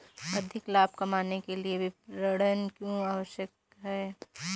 अधिक लाभ कमाने के लिए विपणन क्यो आवश्यक है?